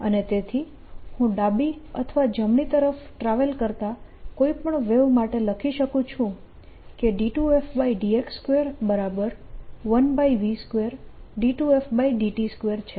અને તેથી હું ડાબી અથવા જમણી તરફ ટ્રાવેલ કરતા કોઈ પણ વેવ માટે લખી શકું છું કે 2fx21v22ft2 છે